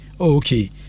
okay